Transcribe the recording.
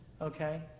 Okay